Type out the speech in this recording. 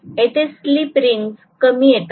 येथे slip rings कामी येतात